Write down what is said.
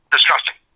Disgusting